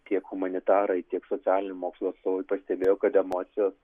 tiek humanitarai tiek socialinių mokslų atstovai pastebėjo kad emocijos